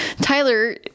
Tyler